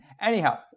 Anyhow